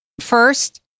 first